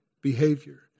Behavior